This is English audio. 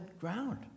ground